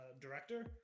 director